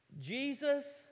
Jesus